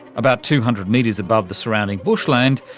about two hundred metres above the surrounding bushland,